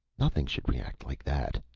nothing should react like that,